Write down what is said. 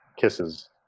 kisses